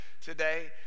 today